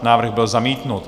Návrh byl zamítnut.